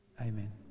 Amen